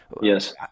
yes